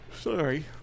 Sorry